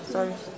Sorry